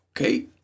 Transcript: Okay